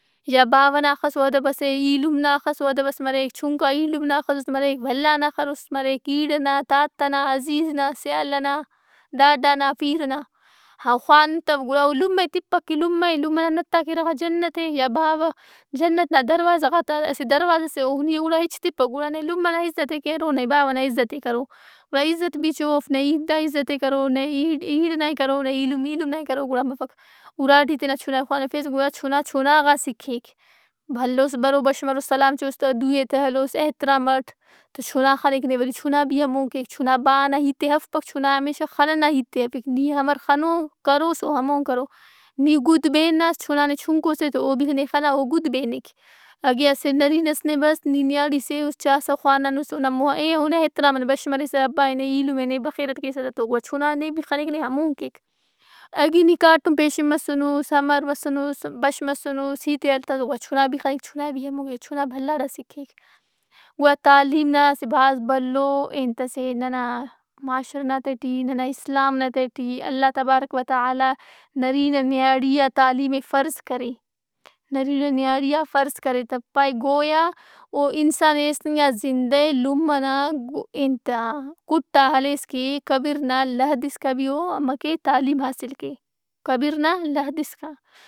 یا باوہ نا اخسو ادب ئس اے۔ اِیلم نا اخسو ادبس مریک۔ چُھنکا ایلم نا اخسوس مریک۔ بھلا نا اخروس مریک۔ اِیڑ ئنا، تاتہ نا، عزیز نا، سیال ئنا، ڈاڈا نا پیرہ نا۔ ہا خوانتوگڑا اولمہ ئے تپک کہ لمہ اے۔ لمہ نا نتّ آ کیرغ آن جنت اے۔ یا باوہ جنت نا دروازہ غات آ اسہ دروازہ سے۔ نی اوڑا ہچ تپک۔ گڑا نئے لمہ نا عزت ئے کرو نئے باوہ نا عزت ئے کرو۔ گڑا عزت بھی چوف۔ نئے اِیِنت آ عزت ئے کرو، نئے اِیڑ ایڑ نائے کرو نئے ایلم ایلم نائے کرو گڑا مفک۔ اُرا ٹی تینا چنا ئے خوانفیس گڑا چنا چناغا سِکھّیک۔ بھلوس برو بش مروس سلام چوس تہ، دُو ئے تہ ہلوس احترام اٹ تو چنا خنک نے تووری چنا بھی ہمون کیک چنا با نا ہیت ئے ہرفپک۔ چنا ہمیشہ کل ئنا ہیت ئے ہرفپک۔ نی امر خنو کروس او ہمون کرو۔ نی گُد بیناس چنا نا چھنکوس اے تو او بھی نے خنا تو او گد بینک۔ اگہ نرینہ ئس نے بس، نی نیاڑیس ئے اُس، چاسہ خوانانُس اونا مُہ- ایہن احترام اٹ بش مریسہ۔ ابا ئے نا، ایلم اے نا بخیرٹ کیسہ تا۔ تو چُنا نے بھی خنک نے تو ہمون کیک۔ اگہ نی کاٹم پیشن مسّٗنس، امر مسنس، بش مسنس، ہیت ہلتنس گڑا چنا بھی خنک، چنا بھی ہمون کیک۔ چُنا بھلاڑآن سِکھک۔ گڑُا تعلیم نا اسہ بھاز بھلو ئے انتس اے ننا معاشرہ نا تہٹی، ننا اسلام نا تہٹی۔ اللہ تبارک و تعالیٰ نرینہ نیاڑی آ تعلیم ئے فرض کرے۔ نرینہ نیاڑی آ فرض کرے تہ۔ پائہہ گویا او انسان ایست اسکا زندہ اے لمہ نا ئے انت آ کُٹ آ ہلیس کہ قبر نا لحد اسکا بھی او امر کے تعلیم حاصل کے۔ قبر نا لحد اسکا۔